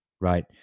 right